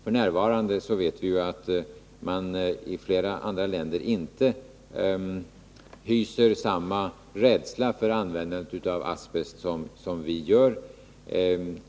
F. n. vet vi att man i flera andra länder inte hyser samma rädsla för användandet av asbest som vi gör.